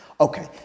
Okay